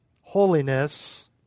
holiness